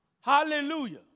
Hallelujah